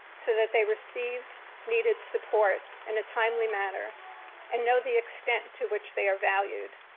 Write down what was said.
so that they receive needed support in a timely manner and know the extent to which they are valued.